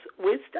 wisdom